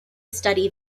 study